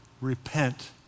repent